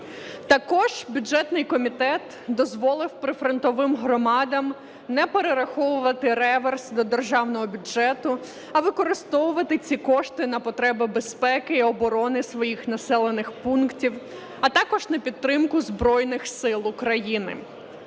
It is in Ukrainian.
Також бюджетний комітет дозволив прифронтовим громадам не перераховувати реверс до державного бюджету, а використовувати ці кошти на потреби безпеки і оборони своїх населених пунктів, а також на підтримку Збройних Сил України.